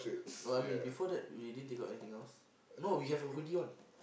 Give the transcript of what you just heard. no I mean before that we didn't take out anything else no we have a hoodie on